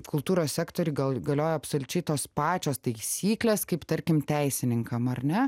kultūros sektoriui gal galioja absoliučiai tos pačios taisyklės kaip tarkim teisininkam ar ne